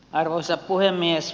arvoisa puhemies